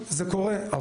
זה קורה,